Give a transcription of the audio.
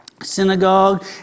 Synagogue